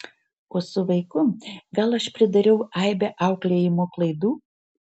o su vaiku gal aš pridariau aibę auklėjimo klaidų